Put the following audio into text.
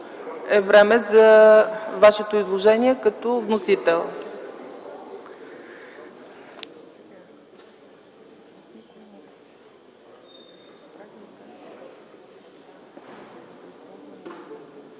е време за Вашето изложение като вносител.